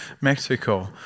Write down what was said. Mexico